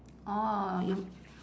orh you